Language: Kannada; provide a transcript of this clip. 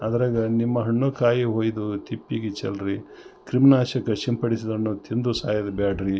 ಅದರಾಗ ನಿಮ್ಮ ಹಣ್ಣು ಕಾಯಿ ಒಯ್ದು ತಿಪ್ಪಿಗೆ ಚೆಲ್ಲಿರಿ ಕ್ರಿಮಿನಾಶಕ ಸಿಂಪಡಿಸಿದ ಹಣ್ಣು ತಿಂದು ಸಾಯೋದು ಬೇಡ್ರಿ